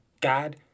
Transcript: God